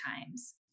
times